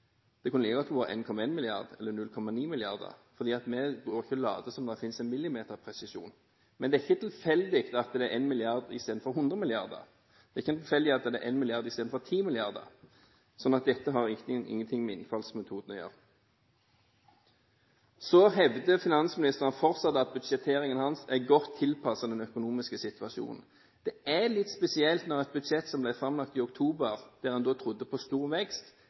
Det kunne like godt vært 1,1 mrd. kr, eller 0,9 mrd. kr. Vi går ikke rundt og later som om det finnes en millimeterpresisjon. Men det er ikke tilfeldig at det er 1 mrd. kr i stedet for 100 mrd. kr. Det er ikke tilfeldig at det er 1 mrd. kr i stedet for 10 mrd. kr. Så dette har ingenting med innfallsmetoden å gjøre. Finansministeren hevder fortsatt at budsjetteringen hans er godt tilpasset den økonomiske situasjonen. Det er litt spesielt når et budsjett som ble framlagt i oktober, da en trodde på stor vekst,